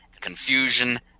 confusion